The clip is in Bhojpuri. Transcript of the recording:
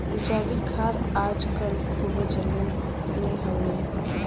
जैविक खाद आज कल खूबे चलन मे हउवे